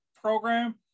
program